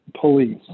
police